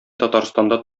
татарстанда